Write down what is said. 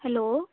hello